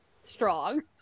strong